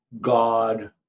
God